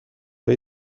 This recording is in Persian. های